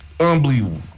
Unbelievable